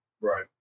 Right